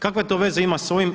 Kakve to veze ima s ovim?